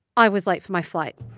i was late for my flight.